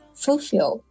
fulfill